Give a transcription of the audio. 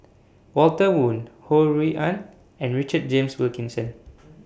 Walter Woon Ho Rui An and Richard James Wilkinson